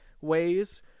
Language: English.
ways